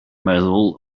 meddwl